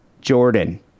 Jordan